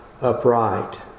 upright